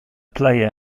player